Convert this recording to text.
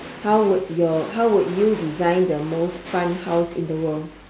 how would your how would you design the most fun house in the world